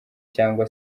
cyangwa